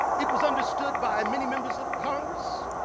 it was understood by many members of congress,